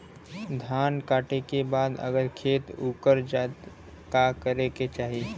धान कांटेके बाद अगर खेत उकर जात का करे के चाही?